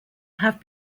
have